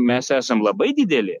mes esam labai dideli